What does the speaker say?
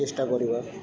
ଚେଷ୍ଟା କରିବା